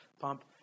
pump